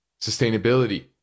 sustainability